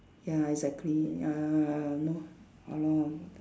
ya exactly uh you know ah lor